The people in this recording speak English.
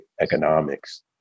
economics